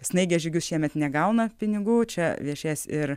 snaigės žygius šiemet negauna pinigų čia viešės ir